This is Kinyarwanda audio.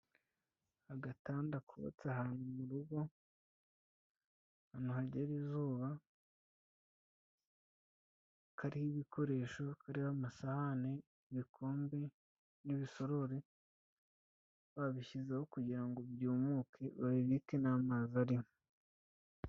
Agatanda kubatse ahantu mu rugo, ahantu hagera izuba, kariho ibikoresho, kariho amasahane, ibikombe n'ibisorore, babishyizeho kugira ngo byumuke babibike nta mazi arimo.